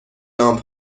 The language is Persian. لامپ